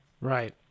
Right